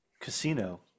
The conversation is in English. Casino